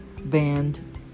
band